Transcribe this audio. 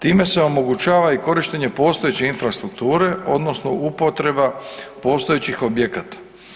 Time se omogućava i korištenje postojeće infrastrukture, odnosno upotreba postojećih objekata.